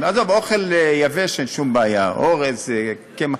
עזוב, אוכל יבש אין שום בעיה, אורז, קמח.